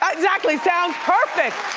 ah exactly, sounds perfect.